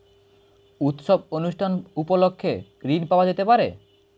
উৎসব অনুষ্ঠান উপলক্ষে ঋণ পাওয়া যেতে পারে?